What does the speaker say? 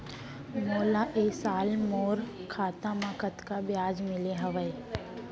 मोला ए साल मोर खाता म कतका ब्याज मिले हवये?